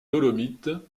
dolomites